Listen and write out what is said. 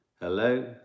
Hello